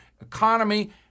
economy